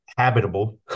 habitable